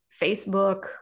Facebook